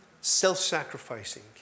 self-sacrificing